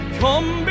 come